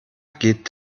geht